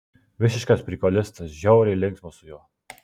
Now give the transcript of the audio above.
visiškas prikolistas žiauriai linksma su juo